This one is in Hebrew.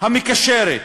המקשרת,